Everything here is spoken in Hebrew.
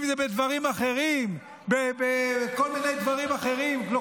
אם זה בדברים אחרים, בכל מיני דברים אחרים.